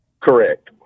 Correct